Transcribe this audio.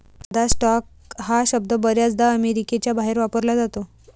साधा स्टॉक हा शब्द बर्याचदा अमेरिकेच्या बाहेर वापरला जातो